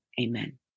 amen